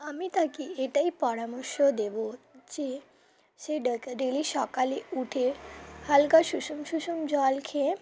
আমি তাকে এটাই পরামর্শ দেবো যে সে ডে কা ডেলি সকালে উঠে হালকা সুষুম সুষুম জল খেয়ে